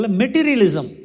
materialism